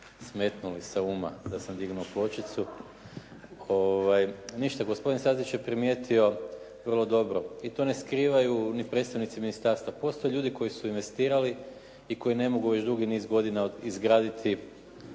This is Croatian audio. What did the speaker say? smetnuli sa uma da sam dignuo pločicu. Ništa. Gospodin Stazić je primijetio vrlo dobro i to ne skrivaju ni predstavnici ministarstva. Postoje ljudi koji su investirali i koji ne mogu već dugi niz godina izgraditi